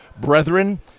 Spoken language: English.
brethren –